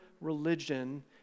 religion